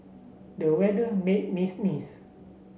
the weather made me sneeze